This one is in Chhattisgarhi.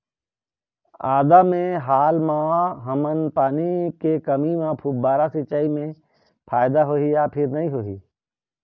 आदा मे हाल मा हमन पानी के कमी म फुब्बारा सिचाई मे फायदा होही या फिर नई होही?